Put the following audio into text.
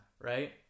Right